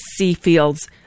Seafields